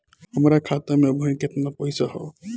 हमार खाता मे अबही केतना पैसा ह?